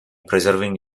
preserving